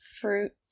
fruit